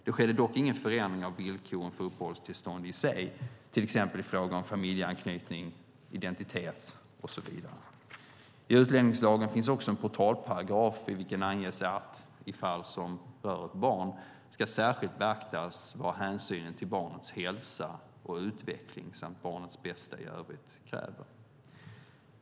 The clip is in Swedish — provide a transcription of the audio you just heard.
Det skedde dock ingen förändring av villkoren för uppehållstillstånd i sig, till exempel i fråga om familjeanknytning, identitet och så vidare. I utlänningslagen finns också en portalparagraf i vilken anges att i fall som rör ett barn ska särskilt beaktas vad hänsynen till barnets hälsa och utveckling samt barnets bästa i övrigt kräver.